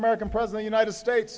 american president united states